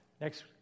Next